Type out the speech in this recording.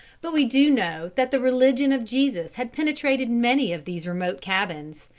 but we do know that the religion of jesus had penetrated many of these remote cabins,